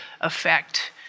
effect